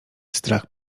strach